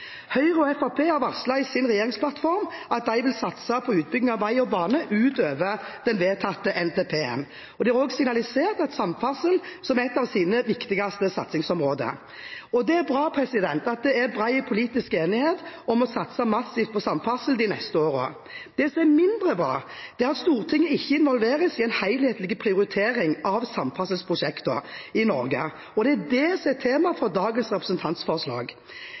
Høyre og Fremskrittspartiet har varslet i sin regjeringsplattform at de vil satse på utbygging av vei og bane utover den vedtatte NTP-en. De har også signalisert samferdsel som et av sine viktigste satsningsområder. Det er bra at det er bred politisk enighet om å satse massivt på samferdsel de neste årene. Det som er mindre bra, er at Stortinget ikke involveres i en helhetlig prioritering av samferdselsprosjektene i Norge. Det er dette som er temaet for dagens representantforslag.